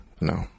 No